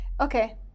Okay